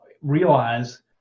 realize